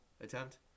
attempt